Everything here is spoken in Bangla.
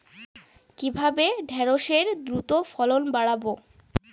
কিভাবে ঢেঁড়সের দ্রুত ফলন বাড়াব?